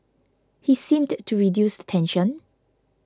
he seemed to reduce the tension